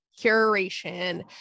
curation